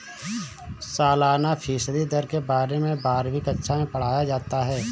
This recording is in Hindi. सालाना फ़ीसदी दर के बारे में बारहवीं कक्षा मैं पढ़ाया जाता है